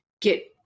get